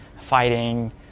fighting